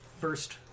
first